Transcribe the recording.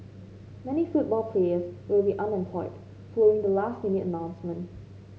many football players will be unemployed following the last minute announcement